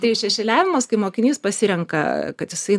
tai šešėliavimas kai mokinys pasirenka kad jisai